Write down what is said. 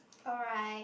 alright